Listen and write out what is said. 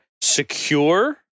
Secure